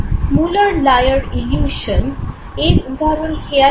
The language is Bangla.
মুলার লায়ার ইলিউশন এর উদাহরণ খেয়াল আছে